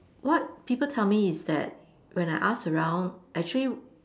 what people tell me is that when I ask around actually